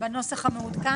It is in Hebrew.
למה אתה עושה איתם עסקים?